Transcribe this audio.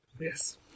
Yes